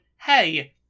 hey